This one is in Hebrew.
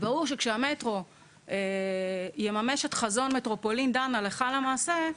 ברור שכשהמטרו יממש את חזון מטרופולין דן הלכה למעשה,